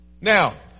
Now